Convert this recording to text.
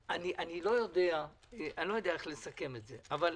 אני לא יודע איך לסכם את זה אבל